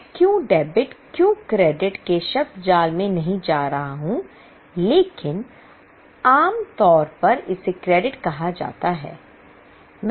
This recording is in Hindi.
मैं क्यों डेबिट क्यों क्रेडिट के शब्दजाल में नहीं जा रहा हूं लेकिन आम तौर पर इसे क्रेडिट कहा जाता है